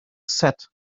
set